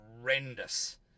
horrendous